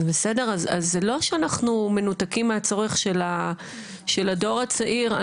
אז זה לא שאנחנו מנותקים מהצורך של הדור הצעיר,